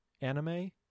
anime